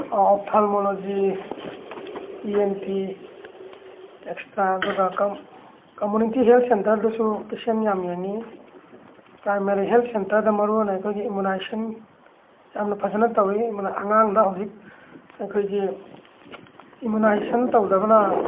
ophthalmology E N T extra ꯑꯗꯨꯒ community health ꯁꯦꯟꯇꯔꯗꯁꯨ patient ꯌꯥꯝ ꯌꯦꯡꯉꯤ ꯄ꯭ꯔꯥꯏꯃꯥꯔꯤ ꯍꯦꯜꯠ ꯁꯦꯟꯇꯔꯗ ꯃꯔꯨꯑꯣꯏꯅ ꯑꯩꯈꯣꯏꯒꯤ ꯏꯃꯨꯅꯥꯏꯖꯦꯁꯟ ꯌꯥꯝꯅ ꯐꯖꯅ ꯇꯧꯋꯤ ꯑꯉꯥꯡꯗ ꯍꯧꯖꯤꯛ ꯑꯩꯈꯣꯏꯒꯤ ꯏꯃꯨꯅꯥꯏꯖꯦꯁꯟ ꯇꯧꯗꯕꯅ